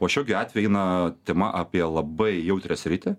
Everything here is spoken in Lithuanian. o šiuo gi atveju eina tema apie labai jautrią sritį